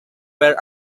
were